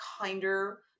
kinder